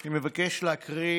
אני מבקש להקריא